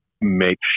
make